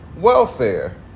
welfare